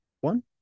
one